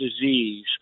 disease